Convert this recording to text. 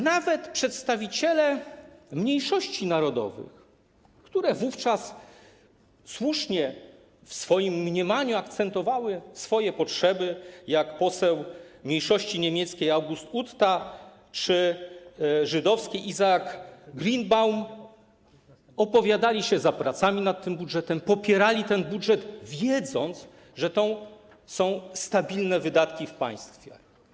Nawet przedstawiciele mniejszości narodowych, które wówczas słusznie w swoim mniemaniu akcentowały swoje potrzeby, tacy jak poseł mniejszości niemieckiej August Utta czy poseł żydowski Izaak Grünbaum, opowiadali się za pracami nad tym budżetem, popierali ten budżet, wiedząc, że to są stabilne wydatki w państwie.